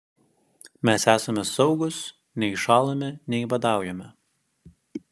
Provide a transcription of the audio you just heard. mes esame saugūs nei šąlame nei badaujame